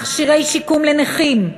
מכשירי שיקום לנכים,